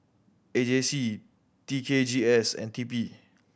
A J C T K G S and T P